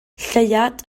lleuad